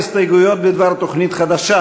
גם ההסתייגויות בדבר הפחתת התקציב